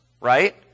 right